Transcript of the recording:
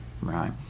Right